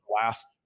last